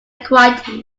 quite